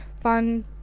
fun